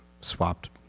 swapped